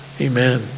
Amen